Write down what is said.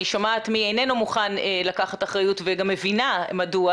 שומעת מי איננו מוכן לקחת אחריות וגם מבינה מדוע,